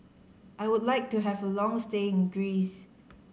I would like to have a long stay in Greece